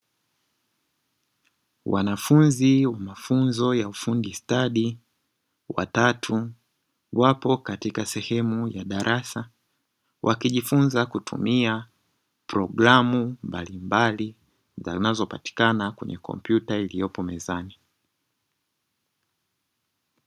Wanafunzi wa mafunzo ya ufundi stadi (watatu) wapo katika sehemu ya darasa, wakijifunza kutumia programu mbalimbali zinazopatikana kwenye kompyuta iliyoko mezani.